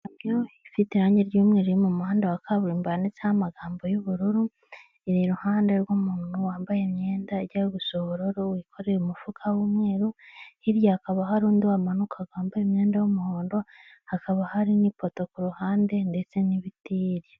Ikamyo ifite irange ry'umweru iri mu muhanda wa kaburimbo yanditseho amagambo y'ubururu, iri iruhande rw'umuntu wambaye imyenda ijya gusa ubururu wikoreye umufuka w'umweru, hirya hakaba hari undi wamanukaga wambaye imyenda y'umuhondo, hakaba hari n'ipoto ku ruhande ndetse n'ibiti hirya.